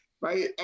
right